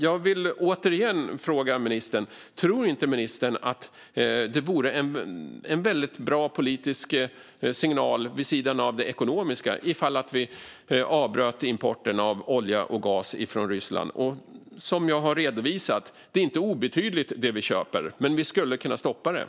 Jag vill återigen fråga ministern: Tror inte ministern att det vore en väldigt bra politisk signal, vid sidan av det ekonomiska, om vi avbröt importen av olja och gas från Ryssland? Som jag har redovisat är det vi köper inte obetydligt, men vi skulle kunna stoppa det.